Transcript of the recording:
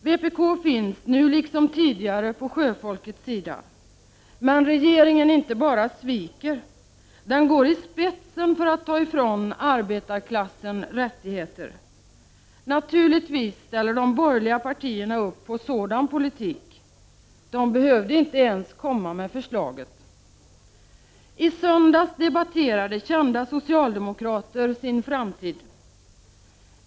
Vpk finns, nu liksom tidigare, på sjöfolkets sida, men regeringen inte bara sviker — den går i spetsen för att ta ifrån arbetarklassen rättigheter. De borgerliga partierna ställer naturligtvis upp för en sådan politik — de behövde inte ens komma med förslaget. I söndags debatterade kända socialdemokrater sin framtid.